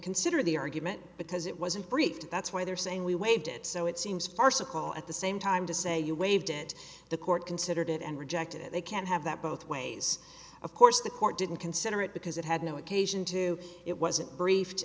consider the argument because it wasn't briefed that's why they're saying we waived it so it seems farcical at the same time to say you waived it the court considered it and rejected it they can't have that both ways of course the court didn't consider it because it had no occasion to it wasn't briefed